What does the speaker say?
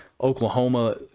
Oklahoma